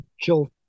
kill